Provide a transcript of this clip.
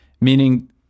Meaning